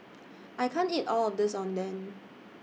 I can't eat All of This Oden